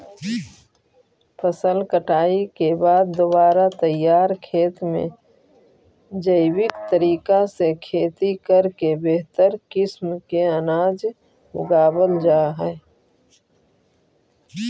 फसल कटाई के बाद दोबारा तैयार खेत में जैविक तरीका से खेती करके बेहतर किस्म के अनाज उगावल जा हइ